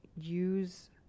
use